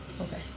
Okay